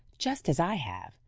just as i have.